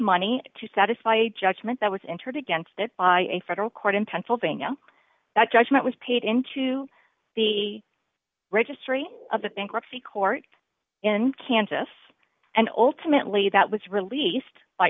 money to satisfy a judgment that was interdict against it by a federal court in pennsylvania that judgment was paid into the registry of the bankruptcy court in kansas and ultimately that was released